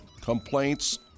complaints